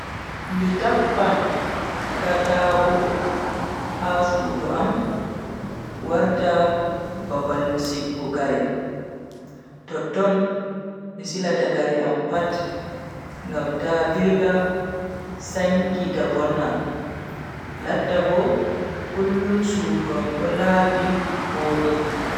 Mi tappan kataako ha sudu am warta babal sigugo kare. totton mi silata Kare am pat ngam ta virga sankita vonna. lattan bo kullum sudu am do laabi vodi.